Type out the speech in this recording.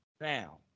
now